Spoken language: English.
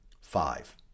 Five